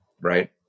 right